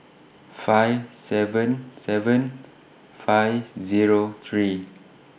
five seven seven five Zero three